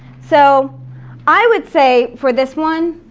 so i would say for this one,